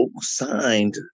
signed